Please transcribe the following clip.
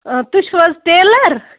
تُہۍ چھُو حظ ٹیلَر